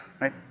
Right